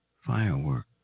firework